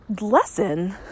lesson